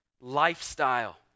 Lifestyle